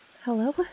Hello